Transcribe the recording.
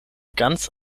ganz